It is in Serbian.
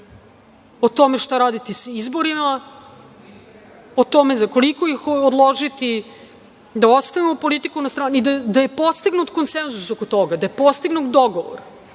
o tome šta raditi sa izborima, o tome za koliko ih odložiti, da ostavimo politiku na stranu i da je postignut konsenzus oko toga, da je postignut dogovor